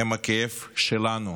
הם הכאב שלנו,